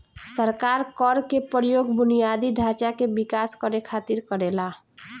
सरकार कर के प्रयोग बुनियादी ढांचा के विकास करे खातिर करेला